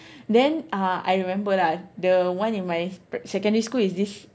then uh I remember lah the one in my pri~ secondary school is this